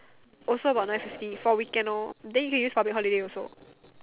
also about nine fifty for weekend loh then you can use public holiday also